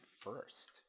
first